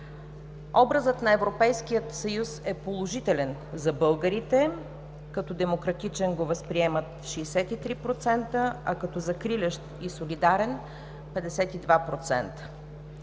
Образът на Европейския съюз е положителен за българите – като демократичен го възприемат 63%, а като закрилящ и солидарен 52%.